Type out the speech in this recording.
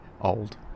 Old